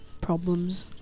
problems